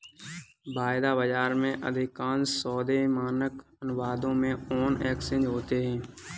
वायदा बाजार में, अधिकांश सौदे मानक अनुबंधों में ऑन एक्सचेंज होते हैं